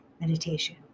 meditation